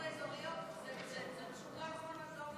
גם במועצות האזוריות, זה פשוט לא נכון.